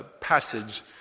passage